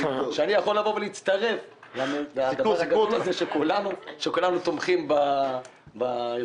אז אני יכול להצטרף לבקשה שכולנו תומכים בה.